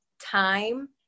time